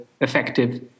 effective